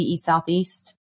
southeast